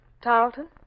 Tarleton